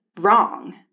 wrong